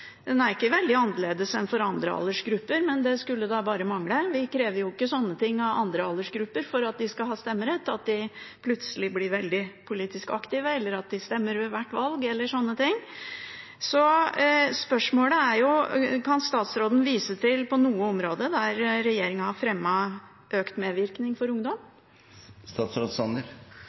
ikke veldig annerledes enn for andre aldersgrupper – men det skulle bare mangle. Vi krever jo ikke av andre aldersgrupper at de, for å ha stemmerett, plutselig blir veldig politisk aktive, stemmer ved hvert valg, eller sånne ting. Så spørsmålet er: Kan statsråden vise til, på noe område, at regjeringen har fremmet økt medvirkning for ungdom?